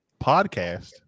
podcast